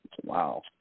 wow